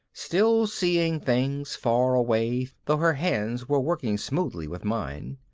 still seeing things far away though her hands were working smoothly with mine.